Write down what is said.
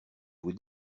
vous